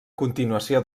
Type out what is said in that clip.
continuació